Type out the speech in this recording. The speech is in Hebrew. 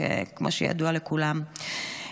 כמו שידוע לכולם.